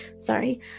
Sorry